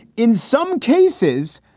in some cases,